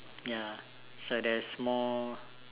ya so there's more